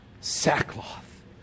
sackcloth